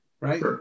right